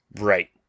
right